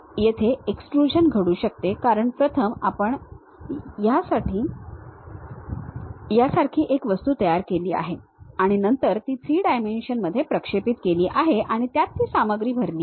येथे एक्सट्रूझन घडू शकते कारण प्रथम आपण यासारखी एक वस्तू तयार केली आहे आणि नंतर ती 3 डायमेन्शन मध्ये प्रक्षेपित केली आहे आणि त्यात ती सामग्री भरली आहे